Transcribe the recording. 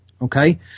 Okay